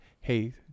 hey